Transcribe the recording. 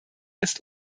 ist